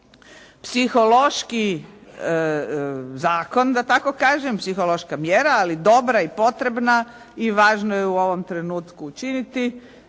Psihološki zakon da tako kažem, psihološka mjera ali dobra i potrebna i važno ju je u ovom trenutku učiniti,